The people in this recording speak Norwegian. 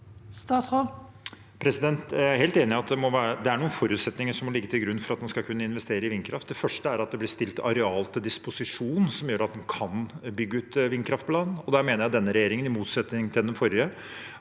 Jeg er helt enig i at det er noen forutsetninger som må ligge til grunn for at en skal kunne investere i vindkraft. Det første er at det blir stilt areal til disposisjon, som gjør at en kan bygge ut vindkraft på land, og der mener jeg denne regjeringen, i motsetning til den forrige,